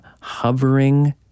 hovering